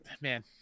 man